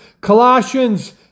Colossians